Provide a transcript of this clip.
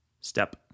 step